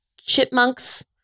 Chipmunk's